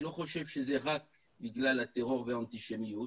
אני לא חושב שזה רק בגלל הטרור והאנטישמיות,